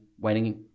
waiting